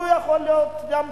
הוא יכול להיות, גם להמתין.